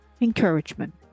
encouragement